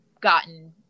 gotten